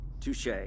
Touche